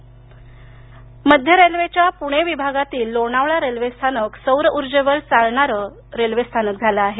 railway मध्यरेल्वेच्या पुणे विभागातील लोणावळा रेल्वेस्थानक सौर उर्जेवर् चालणारे स्थानक झाले आहे